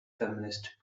feminist